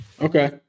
Okay